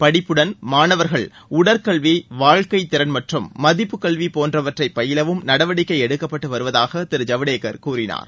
படிப்புடன் மாணவர்கள் உடற்கல்வி வாழ்க்கைத்திறள் மற்றும் மதிப்புக் கல்வி போன்றவற்றை பயிலவும் நடவடிக்கை எடுக்கப்பட்டு வருவதாக திரு ஜவ்டேகர் கூறினார்